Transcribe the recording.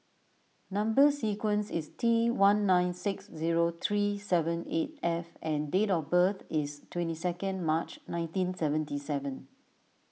Number Sequence is T one nine six zero three seven eight F and date of birth is twenty second March nineteen seventy seven